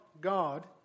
God